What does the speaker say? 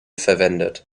verwendet